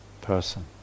person